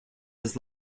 his